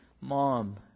mom